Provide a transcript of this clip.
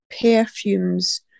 perfumes